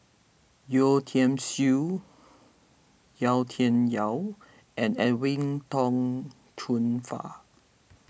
Yeo Tiam Siew Yau Tian Yau and Edwin Tong Chun Fai